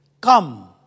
Come